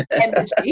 energy